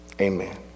amen